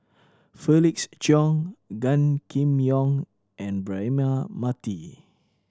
Felix Cheong Gan Kim Yong and Braema Mathi